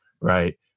right